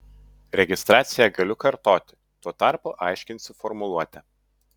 registraciją galiu kartoti tuo tarpu aiškinsiu formuluotę